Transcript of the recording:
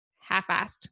half-assed